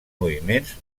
moviments